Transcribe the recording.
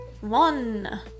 One